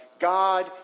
God